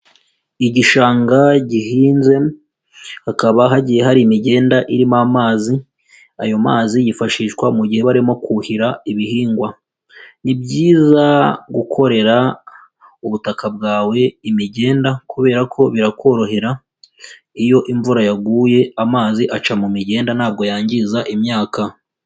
Igishanga gihinze, hakaba hagiye hari imigenda irimo amazi, ayo mazi yifashishwa mu gihe barimo kuhira ibihingwa. Nibyiza gukorera ubutaka bwawe imigenda kubera ko birakorohera, iyo imvura yaguye amazi aca mu migenda ntabwo yangiza imyaka.